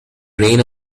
reign